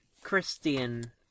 Christian